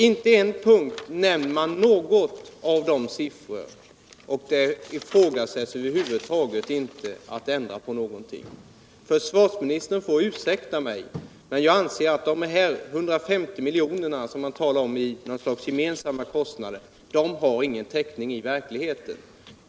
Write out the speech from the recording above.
Inte på en punkt nämner man dessa siffror, och det ifrågasätts över huvud taget inte att något skall ändras. Försvarsministern får ursäkta men jag anser att de 150 milj.kr. i gemensamma kostnader som han talar om inte har någon täckning i verkligheten.